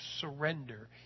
surrender